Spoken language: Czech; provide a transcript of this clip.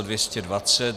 220.